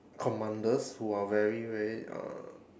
commanders who are very very uh